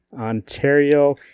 Ontario